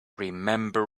remember